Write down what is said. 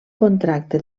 contracte